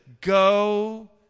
go